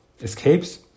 escapes